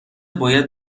باید